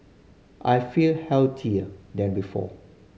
I feel healthier than before